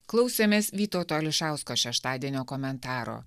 klausėmės vytauto ališausko šeštadienio komentaro